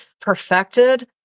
perfected